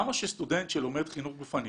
ולמה שסטודנט שלומד חינוך גופני